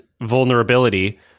vulnerability